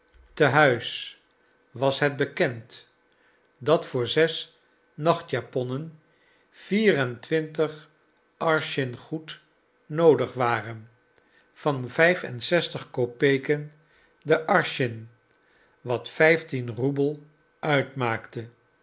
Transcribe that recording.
te huis was het bekend dat voor zes nachtjaponnen vier en twintig arschin goed noodig waren van vijf en zestig kopeken de arschin wat vijftien roebel uitmaakte